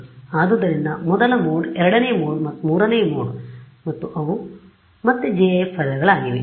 ಆದ್ದರಿಂದ ಮೊದಲ ಮೋಡ್ ಎರಡನೇ ಮೋಡ್ ಮತ್ತು ಮೂರನೇ ಮೋಡ್ ಮತ್ತು ಇವು ಮತ್ತೆ gif ಫೈಲ್ಗಳಾಗಿವೆ